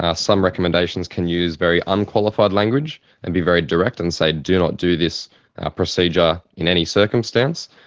ah some recommendations can use very unqualified language and be very direct and say do not do this procedure in any circumstance,